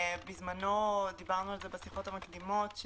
בזמנו דיברנו על זה בשיחות המקדימות,